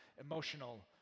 emotional